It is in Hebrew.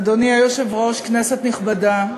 אדוני היושב-ראש, כנסת נכבדה,